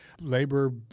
labor